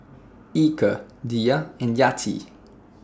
Eka Dhia and Yati